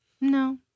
No